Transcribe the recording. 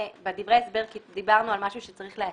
בדברי ההסבר דיברנו על משהו שצריך להציג.